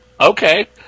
okay